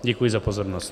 Děkuji za pozornost.